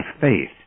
faith